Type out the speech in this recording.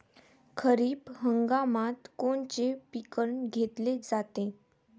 खरिप हंगामात कोनचे पिकं घेतले जाते?